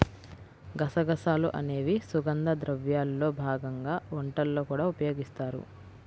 గసగసాలు అనేవి సుగంధ ద్రవ్యాల్లో భాగంగా వంటల్లో కూడా ఉపయోగిస్తారు